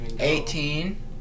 Eighteen